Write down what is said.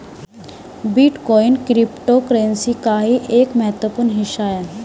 bitcoin cryptocurrency का ही एक महत्वपूर्ण हिस्सा है